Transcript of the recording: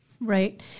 Right